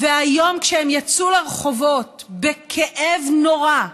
והיום, כשהם יצאו לרחובות בכאב נורא,